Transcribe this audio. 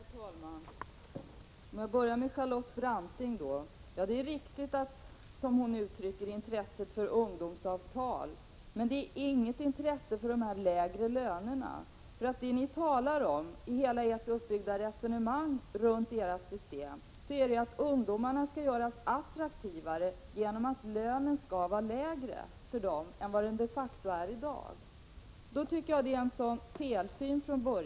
Herr talman! Jag börjar med Charlotte Branting. Det är riktigt vad hon säger om intresset för ungdomsavtal. Men det finns inget intresse för de lägre lönerna. Det ni talar om — och hela ert resonemang är uppbyggt på detta — är att ungdomarna skall göras attraktivare genom att lönen skall sättas lägre för dem än vad den de facto är i dag. Jag tycker att detta är en felsyn.